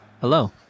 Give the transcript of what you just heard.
Hello